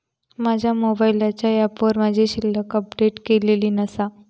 माझ्या मोबाईलच्या ऍपवर माझी शिल्लक अपडेट केलेली नसा